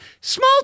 Small